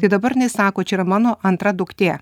tai dabar jinai sako čia yra mano antra duktė